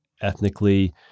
ethnically